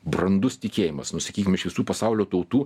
brandus tikėjimas nu sakykim iš visų pasaulio tautų